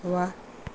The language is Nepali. वाह